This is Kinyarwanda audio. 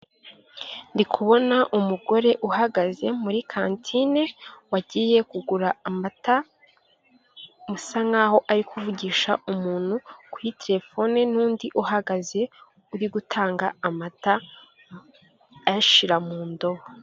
Ndi kubona umugore uhagaze muri cantine wagiye kugura amata usa nkaho ari kuvugisha umuntu kuri terefone n'undi uhagaze uri gutanga amata ayashyira mu ndobo.